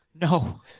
no